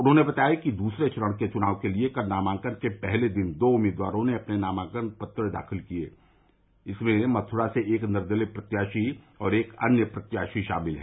उन्होंने बताया कि दूसरे चरण के चुनाव के लिए कल नामांकन के पहले दिन दो उम्मीदवारों ने अपने नामांकन पत्र दाखिल किये जिसमें मथुरा से एक निर्दलीय प्रत्याशी और एक अन्य प्रत्याशी शामिल है